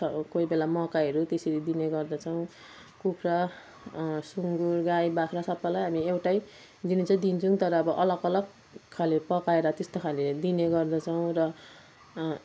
छ कोहीबेला मकैहरू त्यसरी दिने गर्दछौँ कुखुरा सुङ्गुर गाई बाख्रा सबैलाई अब एउटै दिनु चाहिँ दिन्छौँ तर अब अलग अलगखाले पकाएर त्यस्तोखाले दिने गर्दछौँ र